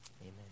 Amen